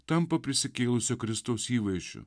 tampa prisikėlusio kristaus įvaizdžiu